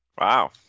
Wow